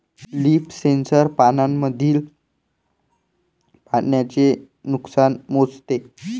leaf sensor पानांमधील पाण्याचे नुकसान मोजते